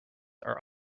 are